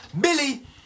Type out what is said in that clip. Billy